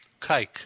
Kike